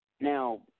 now